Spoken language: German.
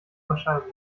wahrscheinlich